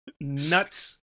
nuts